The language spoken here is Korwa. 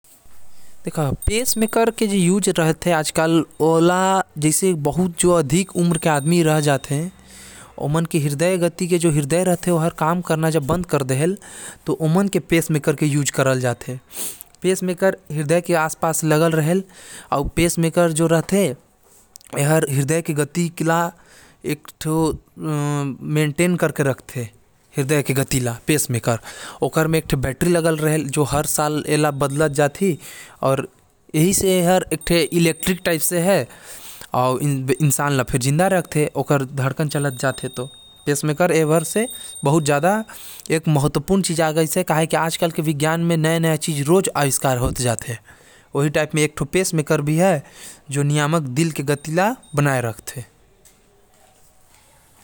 पेसमेकर ला दिल मे लागथे, जेकर काम होथे दिल के गति ला नियमित रूप से चलाना। एकर म एक ठो बैटरी लगे रहेल अउ एक ठो सेंसर लगे रहेल जो हर दिल के गति ल बना के राखथे।